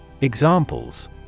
Examples